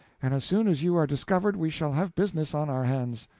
and as soon as you are discovered we shall have business on our hands.